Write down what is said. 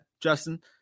Justin